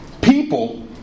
people